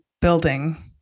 building